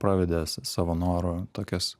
pravedė savo noru tokias